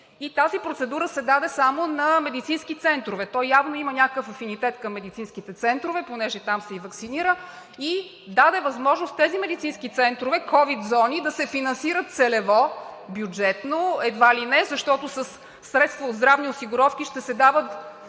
тази процедура се даде само на медицински центрове. Той явно има някакъв афинитет към медицинските центрове, понеже там се и ваксинира, и даде възможност тези медицински центрове –ковид зони, да се финансират целево, бюджетно едва ли не, защото със средства от здравни осигуровки ще се дават